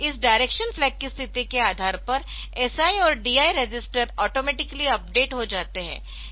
इस direction flag की स्थिति के आधार पर SI और DI रजिस्टर ऑटोमेटिकली अपडेट हो जाते है